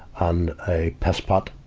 and a piss pot.